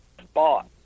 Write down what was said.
spot